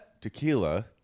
tequila